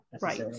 right